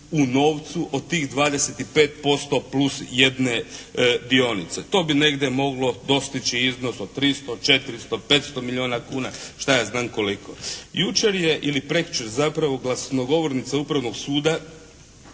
u novcu od tih 25% plus jedne dionice. To bi negdje moglo dostići iznos od 300, 400, 500 milijuna kuna, šta ja znam koliko. Jučer je ili prekjučer zapravo glasnogovornica Upravnog suda